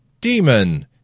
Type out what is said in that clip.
Demon